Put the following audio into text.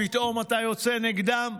ופתאום אתה יוצא נגדם?